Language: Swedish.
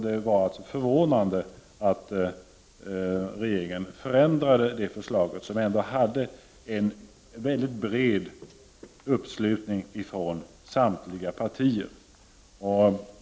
Det är förvånande att regeringen förändrade det förslaget, som hade en bred uppslutning från samtliga partier.